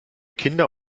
kinder